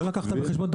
לא לקחת בחשבון את